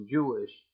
Jewish